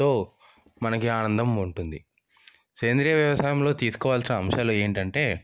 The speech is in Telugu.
తో మనకి ఆనందం ఉంటుంది సేంద్రీయ వ్యవసాయంలో తీసుకోవలసిన అంశాలు ఏంటంటే